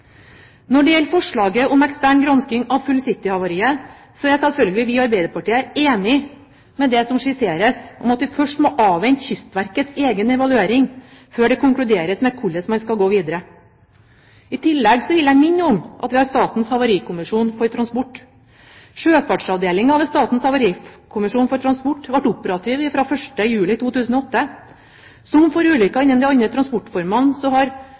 Når det gjelder forslaget om ekstern gransking av «Full City»-havariet, er selvfølgelig vi i Arbeiderpartiet enig i det som skisseres, at vi først må avvente Kystverkets egen evaluering før det konkluderes med hvordan man skal gå videre. I tillegg vil jeg minne om at vi har Statens havarikommisjon for transport. Sjøfartsavdelingen ved Statens havarikommisjon for transport ble operativ fra 1. juli 2008. Som for ulykker innen de andre transportformene har